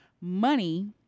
money